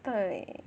对